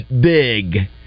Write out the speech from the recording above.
Big